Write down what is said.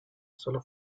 sólo